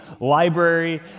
library